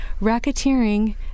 racketeering